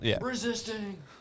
Resisting